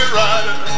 rider